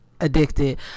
addicted